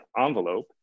envelope